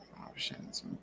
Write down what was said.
options